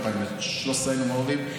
ב-2013 היינו מעורבים.